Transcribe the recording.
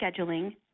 scheduling